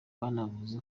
banavuze